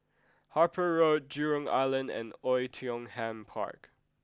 Harper Road Jurong Island and Oei Tiong Ham Park